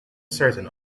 certain